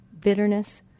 bitterness